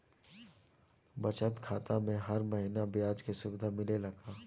बचत खाता में हर महिना ब्याज के सुविधा मिलेला का?